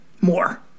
More